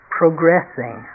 progressing